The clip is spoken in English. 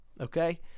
Okay